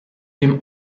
dem